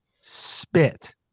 spit